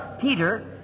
Peter